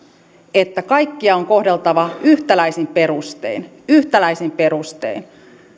että kaikkia on kohdeltava yhtäläisin perustein yhtäläisin perustein